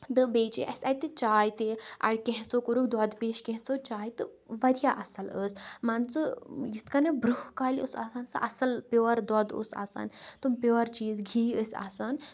تہٕ بیٚیہِ چے اَسہِ اَتہِ چاے تہٕ اَ کیٚنژھو کوٚرُکھ دۄد پیش تہِ کیٚنژھو چاے تہٕ واریاہ اصل ٲسۍ مان ژٕ یتھ کٔنۍ برٛونٛہہ کالہِ ٲس آسان سُہ اصل پیور دۄد اوس آسان تٕم پِیور چیٖز گھی ٲس آسان